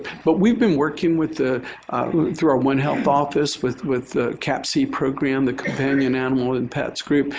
but we've been working with the through our one health office with with capc program, the companion animal and pets group,